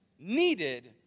needed